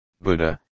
Buddha